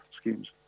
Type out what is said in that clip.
schemes